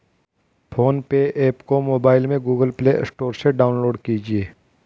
phone पे app को mobile में गूगल प्ले स्टोर से डाउनलोड कीजिए